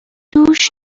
دوش